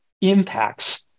impacts